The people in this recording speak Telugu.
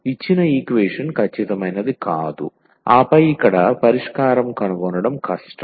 ఇచ్చిన ఈక్వేషన్ ఖచ్చితమైనది కాదు ఆపై ఇక్కడ పరిష్కారం కనుగొనడం కష్టం